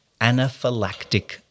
anaphylactic